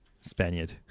Spaniard